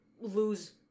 lose